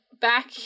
back